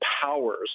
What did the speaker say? powers